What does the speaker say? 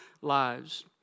lives